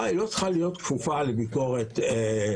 והיא לא צריכה להיות כפופה לביקורת שיפוטית.